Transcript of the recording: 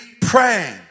praying